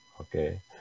okay